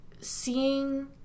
seeing